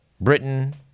Britain